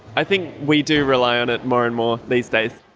i think we do rely on it more and more these days.